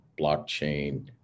blockchain